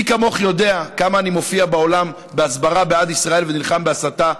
מי כמוך יודע כמה אני מופיע בעולם בהסברה בעד ישראל ונלחם בהסתה,